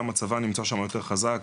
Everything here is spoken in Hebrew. גם הצבא נמצא שם יותר חזק,